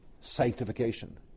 Sanctification